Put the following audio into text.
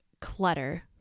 clutter